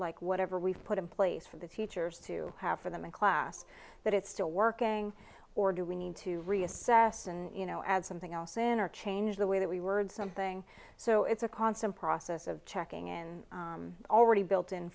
like whatever we've put in place for the teachers to have for them in class that it's still working or do we need to reassess and you know add something else in or change the way that we word something so it's a constant process of checking in already built in